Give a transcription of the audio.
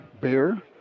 bear